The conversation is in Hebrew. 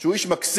שהוא איש מקסים,